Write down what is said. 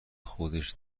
خودش